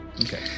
Okay